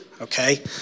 Okay